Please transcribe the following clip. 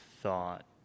thought